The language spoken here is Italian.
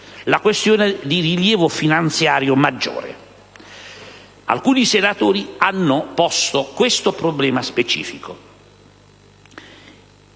la questione di rilievo finanziario maggiore. Alcuni senatori hanno posto questo problema specifico.